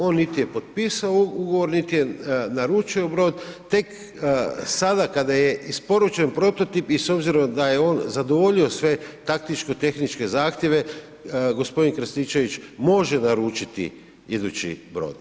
On niti je potpisao ugovor, niti je naručio brod, tek sada kad je isporučen prototip i s obzirom da je on zadovoljio sve taktičko-tehničke zahtjeve, g. Krstičević može naručiti idući brod.